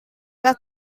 are